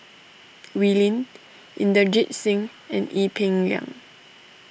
Wee Lin Inderjit Singh and Ee Peng Liang